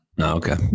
Okay